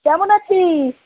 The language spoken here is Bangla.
কেমন আছিস